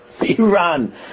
Iran